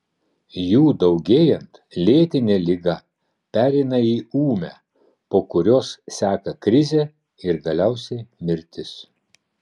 jų daugėjant lėtinė liga pereina į ūmią po kurios seka krizė ir galiausiai mirtis